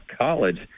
college